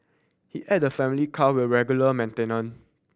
he added the family car were regularly maintained